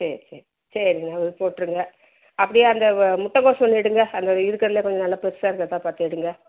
சரி சரி சரிங்க அது போட்டிருங்க அப்படியே அந்த முட்டைகோஸ் ஒன்று எடுங்க அந்த இருக்கிறதுலே கொஞ்சம் நல்ல பெருசாக இருக்கிறதா பார்த்து எடுங்க